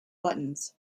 buttons